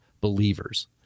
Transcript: believers